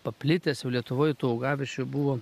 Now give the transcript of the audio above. paplitęs jau lietuvoj tų augaviečių buvo